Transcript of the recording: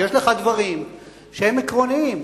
שיש לך דברים שהם עקרוניים,